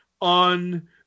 on